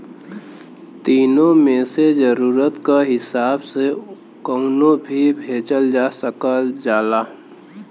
तीनो मे से जरुरत क हिसाब से कउनो भी भेजल जा सकल जाला